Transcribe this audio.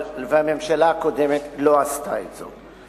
והממשלה הקודמת לא עשתה את זה.